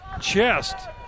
chest